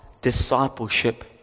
discipleship